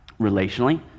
relationally